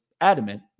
adamant